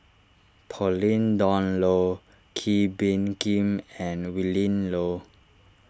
Pauline Dawn Loh Kee Bee Khim and Willin Low